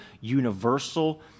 universal